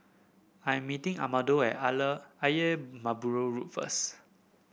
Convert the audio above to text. I am meeting Amado at Ayer Merbau Road first